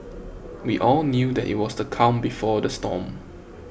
we all knew that it was the calm before the storm